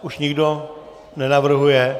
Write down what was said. Už nikdo nenavrhuje?